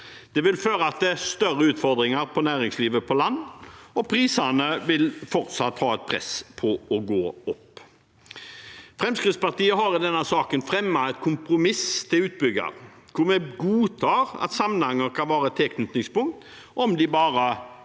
Det vil føre til større utfordringer for næringslivet på land, og det vil fortsette å presse prisene opp. Fremskrittspartiet har i denne saken fremmet et kompromiss til utbygger der vi godtar at Samnanger kan være et tilknytningspunkt, om en bare kompenserer